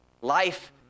Life